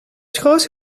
grootste